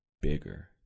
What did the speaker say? bigger